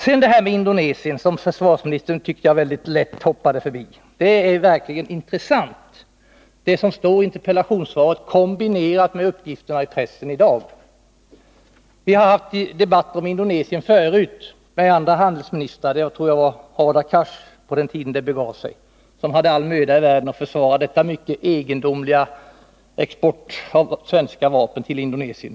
Sedan till frågan om Indonesien, som försvarsministern enligt min mening väldigt ”lätt” hoppade förbi. Det är verkligen intressant att ta del av det som står i interpellationssvaret, kombinerat med uppgifterna i pressen i dag. Vi har debatterat Indonesien förut, men då med andra handelsministrar. Jag tror att Hadar Cars var handelsminister på den tiden då det begav sig. Han hade all möda i världen att försvara den mycket egendomliga exporten av svenska vapen till Indonesien.